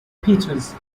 peters